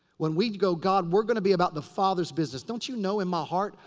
when we go, god, we're gonna be about the father's business. don't you know in my heart.